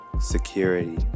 security